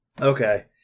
Okay